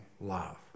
love